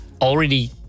already